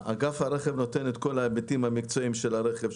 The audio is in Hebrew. אגף הרכב נותן את כל ההיבטים המקצועיים של הרכב,